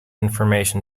information